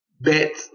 bet